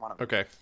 Okay